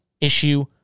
issue